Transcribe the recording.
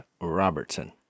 Robertson